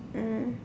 mm